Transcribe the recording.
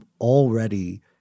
already